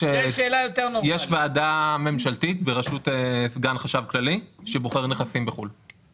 יש ועדה ממשלתית בראשות סגן החשב הכללי שבוחר נכסים בחוץ לארץ.